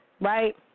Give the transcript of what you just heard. right